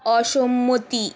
অসম্মতি